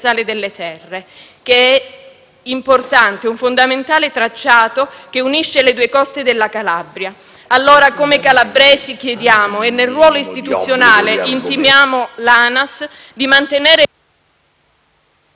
delle Serre che è importante, un fondamentale tracciato che unisce le due coste della Calabria. Come calabresi allora chiediamo e, nel ruolo istituzionale, intimiamo l'ANAS di mantenere